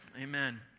Amen